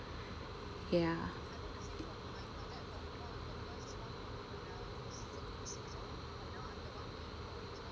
ya